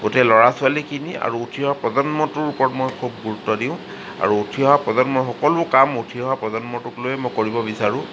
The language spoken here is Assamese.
গতিকে ল'ৰা ছোৱালীখিনি আৰু উঠি অহা প্ৰজন্মটোৰ ওপৰত মই খুব গুৰুত্ব দিওঁ আৰু উঠি অহা প্ৰজন্মৰ সকলো কাম উঠি অহা প্ৰজন্মটোক লৈয়ে মই কৰিব বিচাৰোঁ